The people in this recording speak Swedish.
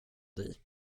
dig